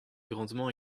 grandement